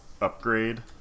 upgrade